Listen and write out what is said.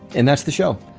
and that's the show.